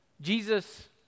Jesus